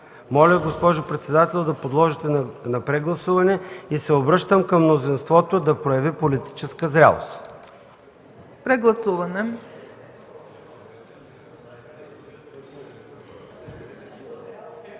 Моля, госпожо председател, да подложите на прегласуване, и се обръщам към мнозинството да прояви политическа зрялост. ПРЕДСЕДАТЕЛ ЦЕЦКА ЦАЧЕВА: Прегласуване.